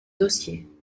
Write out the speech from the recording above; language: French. dossier